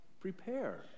Prepare